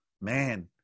man